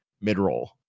mid-roll